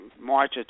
March